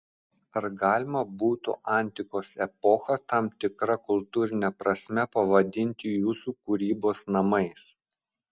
ar galima būtų antikos epochą tam tikra kultūrine prasme pavadinti jūsų kūrybos namais